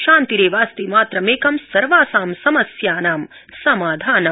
शान्तिरेवास्ति मात्रमेकं सर्वासां समस्यानां समाधानम्